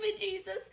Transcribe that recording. Jesus